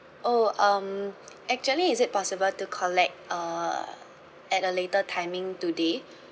oh um actually is it possible to collect uh at a later timing today